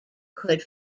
could